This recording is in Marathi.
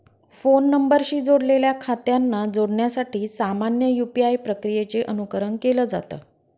फोन नंबरशी जोडलेल्या खात्यांना जोडण्यासाठी सामान्य यू.पी.आय प्रक्रियेचे अनुकरण केलं जात